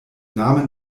namen